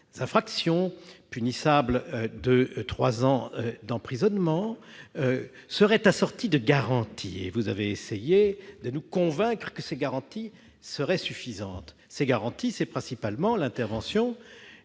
infractions punissables de trois ans d'emprisonnement serait assorti de garanties, et vous avez essayé de nous convaincre que ces garanties seraient suffisantes. Ces garanties consistent principalement en l'intervention